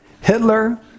Hitler